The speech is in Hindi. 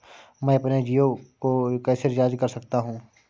मैं अपने जियो को कैसे रिचार्ज कर सकता हूँ?